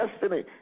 destiny